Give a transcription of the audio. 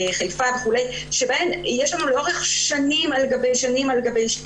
חיפה וכו' שבהן יש לנו לאורך שנים על גבי שנים